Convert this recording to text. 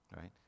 Right